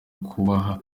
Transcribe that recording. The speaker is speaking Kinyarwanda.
kubaha